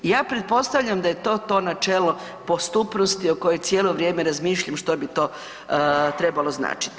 Ja pretpostavljam da je to to načelo postupnosti o kojoj cijelo vrijeme razmišljam što bi to trebalo značiti.